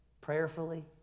prayerfully